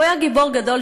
הוא היה גיבור גדול,